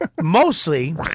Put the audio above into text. Mostly